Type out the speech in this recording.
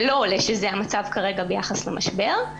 זה לא עולה שזה המצב כרגע ביחס למשבר.